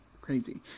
crazy